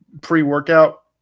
pre-workout